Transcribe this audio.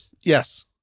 Yes